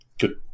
Good